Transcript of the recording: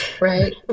right